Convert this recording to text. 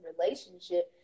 relationship